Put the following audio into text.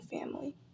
family